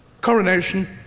Coronation